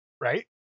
Right